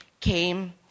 came